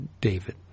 David